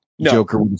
Joker